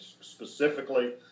specifically